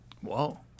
Whoa